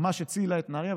ממש הצילה את נהריה.